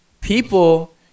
People